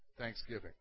thanksgiving